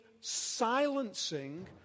silencing